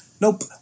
Nope